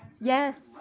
Yes